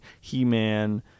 He-Man